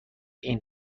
این